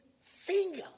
finger